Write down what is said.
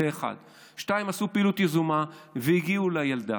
זה, 1. 2. עשו פעילות יזומה והגיעו לילדה.